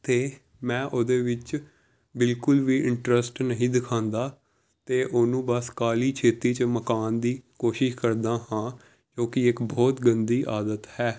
ਅਤੇ ਮੈਂ ਉਹਦੇ ਵਿੱਚ ਬਿਲਕੁੱਲ ਵੀ ਇੰਟਰਸਟ ਨਹੀਂ ਦਿਖਾਉਂਦਾ ਅਤੇ ਉਹਨੂੰ ਬਸ ਕਾਹਲੀ ਛੇਤੀ 'ਚ ਮਕਾਉਣ ਦੀ ਕੋਸ਼ਿਸ਼ ਕਰਦਾ ਹਾਂ ਕਿਉਂਕਿ ਇੱਕ ਬਹੁਤ ਗੰਦੀ ਆਦਤ ਹੈ